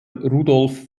rudolph